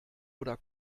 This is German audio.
oder